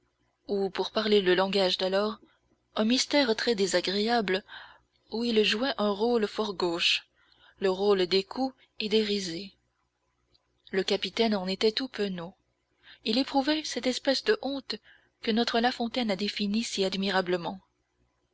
ou pour parler le langage d'alors un mystère très désagréable où il jouait un rôle fort gauche le rôle des coups et des risées le capitaine en était tout penaud il éprouvait cette espèce de honte que notre la fontaine a définie si admirablement